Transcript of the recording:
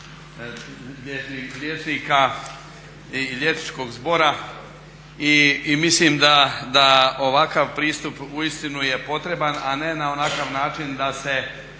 liječnika i liječničkog zbora i mislim da je ovakav pristup potreban, a ne na onakav način da se